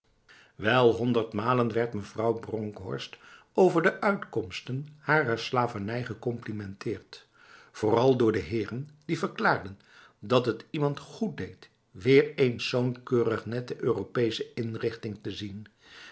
wel honderdmalen werd mevrouw bronkhorst over de uitkomsten harer slavernij gecomplimenteerd vooral door de heren die verklaarden dat het iemand goed deed weer eens zo'n keurig nette europese inrichting te zien